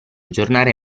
aggiornare